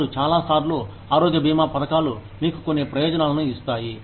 ఇప్పుడు చాలా సార్లు ఆరోగ్య బీమా పథకాలు మీకు కొన్ని ప్రయోజనాలను ఇస్తాయి